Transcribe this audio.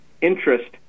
interest